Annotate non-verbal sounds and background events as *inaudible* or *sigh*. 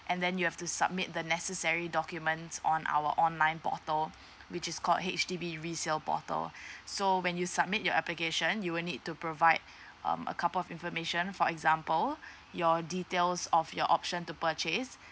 and then you have to submit the necessary documents on our online portal which is called H_D_B resale portal *breath* so when you submit your application you will need to provide um a couple of information for example *breath* your details of your option to purchase